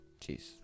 jeez